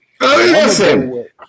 Listen